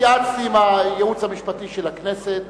התייעצתי עם הייעוץ המשפטי של הכנסת,